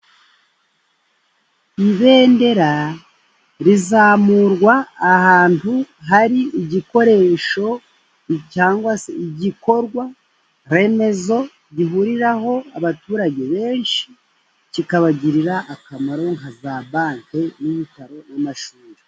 Ibendera rizamurwa ahantu hari igikoresho cyangwa se igikorwaremezo gihuriraho abaturage benshi kikabagirira akamaro nka za Banki , ibitaro n'amashuri.